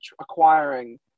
acquiring